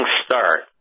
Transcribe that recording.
start